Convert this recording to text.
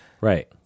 right